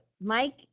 Mike